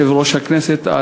יושב-ראש הכנסת,